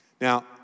Now